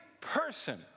person